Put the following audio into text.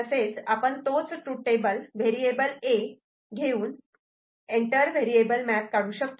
तसेच आपण तोच ट्रूथ टेबल व्हेरिएबल A घेऊन एंटर व्हेरिएबल मॅप काढू शकतो